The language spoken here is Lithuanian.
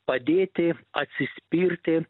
padėti atsispirti